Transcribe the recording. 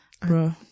Bro